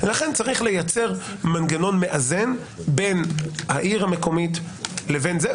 לכן צריך לייצר מנגנון מאזן בין העיר לבין זה.